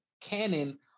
canon